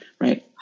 right